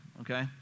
okay